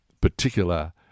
particular